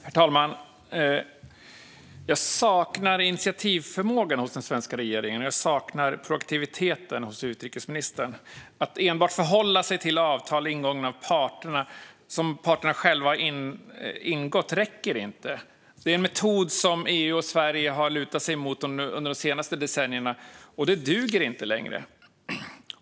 Herr talman! Jag saknar initiativförmågan hos den svenska regeringen, och jag saknar proaktiviteten hos utrikesministern. Att enbart förhålla sig till avtal som parterna själva har ingått räcker inte. Det är en metod som EU och Sverige har lutat sig mot under de senaste decennierna, och den duger inte längre.